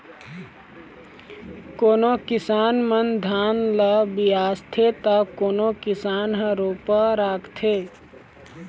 कोनो किसान मन धान ल बियासथे त कोनो किसान ह रोपा राखथे